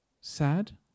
Sad